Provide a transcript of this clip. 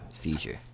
Future